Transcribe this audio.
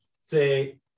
say